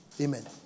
Amen